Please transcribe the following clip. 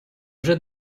вже